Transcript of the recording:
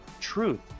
truth